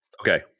Okay